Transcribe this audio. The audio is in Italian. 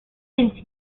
sensi